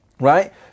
right